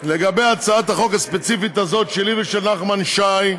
לגבי הצעת החוק הספציפית הזאת, שלי ושל נחמן שי,